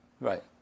right